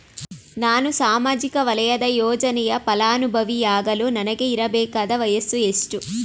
ನಾನು ಸಾಮಾಜಿಕ ವಲಯದ ಯೋಜನೆಯ ಫಲಾನುಭವಿ ಯಾಗಲು ನನಗೆ ಇರಬೇಕಾದ ವಯಸ್ಸು ಎಷ್ಟು?